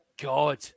god